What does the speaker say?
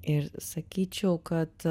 ir sakyčiau kad